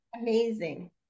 Amazing